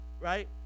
right